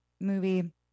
movie